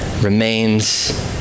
remains